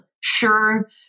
Sure